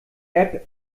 app